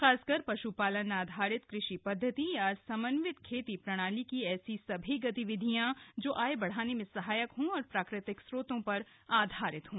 खासकर पश्पालन आधारित कृषि पद्धति या समन्वित खेती प्रणाली की ऐसी सभी गतिविधियां जो आय बढ़ाने में सहायक हों और प्राकृतिक स्रोतों पर आधारित हों